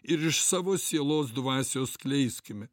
ir iš savo sielos dvasios skleiskime